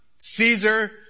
Caesar